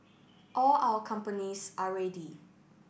all our companies are ready